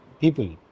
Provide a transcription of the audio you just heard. people